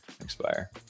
expire